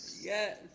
Yes